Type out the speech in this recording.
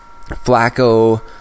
Flacco